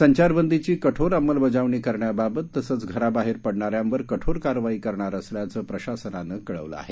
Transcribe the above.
संचारबंदीची कठोर अंमलबजावणी करण्याबाबत तसचं घराबाहेर पडणाऱ्यांवर कठोर कारवाई करणार असल्याचं प्रशासनानं कळवलं आहे